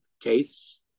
case